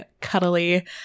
cuddly